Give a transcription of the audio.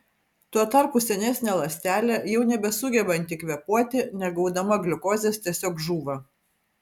tuo tarpu senesnė ląstelė jau nebesugebanti kvėpuoti negaudama gliukozės tiesiog žūva